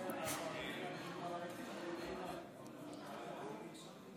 עכשיו אנחנו הופכים להיות מקואליציה לאופוזיציה,